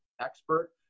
expert